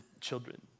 children